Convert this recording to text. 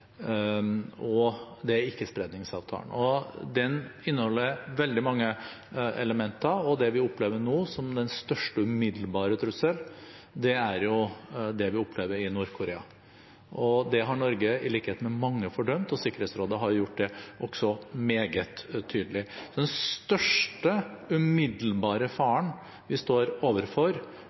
om NPT – Ikkespredningsavtalen. Den inneholder veldig mange elementer, og det vi opplever nå som den største umiddelbare trussel, er det vi opplever i Nord-Korea. Det har Norge, i likhet med mange, fordømt, og Sikkerhetsrådet har også gjort det meget tydelig. Den største umiddelbare faren vi står overfor